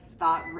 thought